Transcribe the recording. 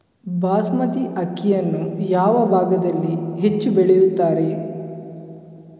ಬಾಸ್ಮತಿ ಅಕ್ಕಿಯನ್ನು ಯಾವ ಭಾಗದಲ್ಲಿ ಹೆಚ್ಚು ಬೆಳೆಯುತ್ತಾರೆ?